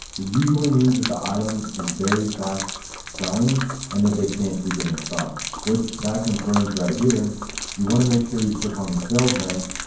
usually means that the item is very fast selling and that they can't keep it in stock which that confirms right here. so you wanna make sure you click on the sales rank,